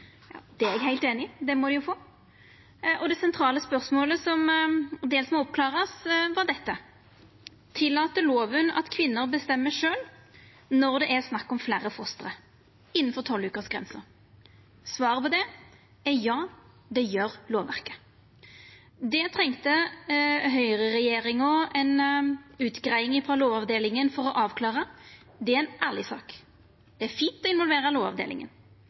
Det er eg heilt einig i. Det måtte dei få. Det sentrale spørsmålet som ein dels måtte oppklara, var dette: Tillèt lova at kvinner bestemmer sjølve når det er snakk om fleire foster innanfor tolvvekersgrensa? Svaret på det er ja – det gjer lovverket. Det trong høgreregjeringa ei utgreiing frå Lovavdelinga for å avklart. Det er ei ærleg sak. Det er fint å involvera Lovavdelinga.